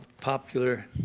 popular